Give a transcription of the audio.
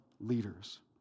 leaders